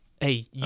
Hey